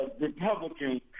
Republicans